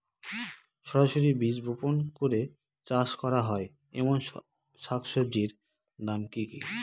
সরাসরি বীজ বপন করে চাষ করা হয় এমন শাকসবজির নাম কি কী?